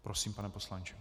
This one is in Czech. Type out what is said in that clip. Prosím, pane poslanče.